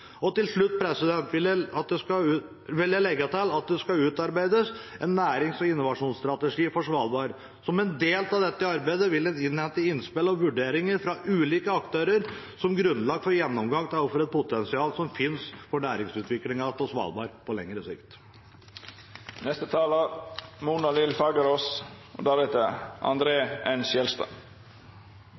Til slutt vil jeg legge til at det skal utarbeides en nærings- og innovasjonsstrategi for Svalbard. Som en del av dette arbeidet vil en innhente innspill og vurderinger fra ulike aktører som grunnlag for gjennomgang av hvilket potensial som finnes for næringsutviklingen på Svalbard på lengre